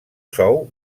sou